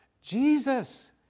Jesus